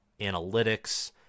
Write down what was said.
analytics